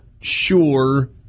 sure